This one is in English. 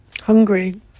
Hungry